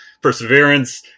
perseverance